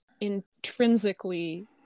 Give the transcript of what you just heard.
intrinsically